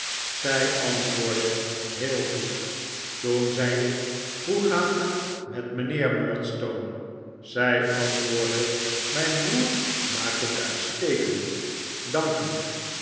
zij antwoordde heel goed toen zei ik hoe gaat het met mijnheer murdstone zij antwoordde mijn broer maakt het uitstekend dank u